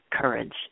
courage